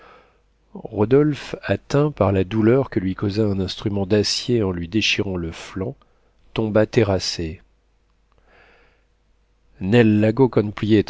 rodolphe atteint par la douleur que lui causa un instrument d'acier en lui déchirant le flanc tomba terrassé